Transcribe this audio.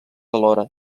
alhora